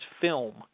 film